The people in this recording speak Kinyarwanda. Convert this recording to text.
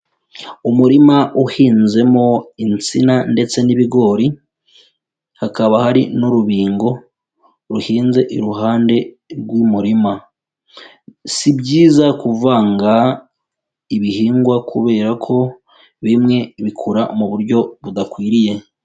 Umurima uhinzemo insina ndetse n'ibigori, hakaba hari n'urubingo ruhinze iruhande rw'umurima. Si byiza kuvanga ibihingwa kubera ko bimwe bikura mu buryo budakwiriye.